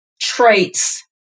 traits